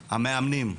המאמנים,